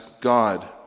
God